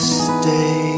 stay